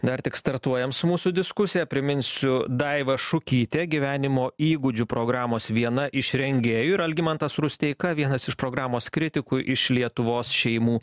dar tik startuojam su mūsų diskusija priminsiu daiva šukytė gyvenimo įgūdžių programos viena iš rengėjų ir algimantas rusteika vienas iš programos kritikų iš lietuvos šeimų